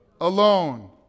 Alone